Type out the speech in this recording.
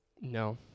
No